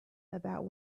about